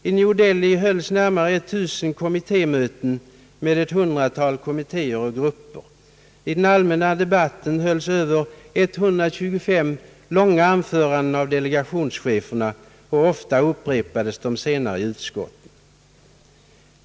I New Delhi hölls närmare 1000 kommittémöten med ett hundratal kommittéer och grupper. I den allmänna debatten hölls mer än 125 långa anföranden av delegationscheferna, och ofta upprepades de senare i utskottet.